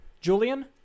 Julian